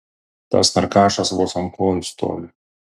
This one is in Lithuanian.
tas narkašas vos ant kojų stovi